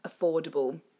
affordable